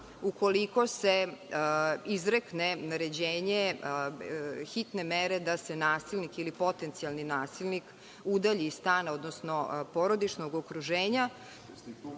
ukoliko se izrekne naređenje hitne mere da se nasilnik ili potencijalni nasilnik udalji iz stana, odnosno iz porodičnog okruženja,